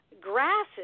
grasses